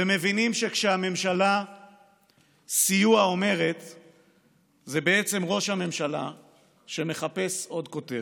ומבינים שכשהממשלה "סיוע" אומרת זה בעצם ראש הממשלה שמחפש עוד כותרת,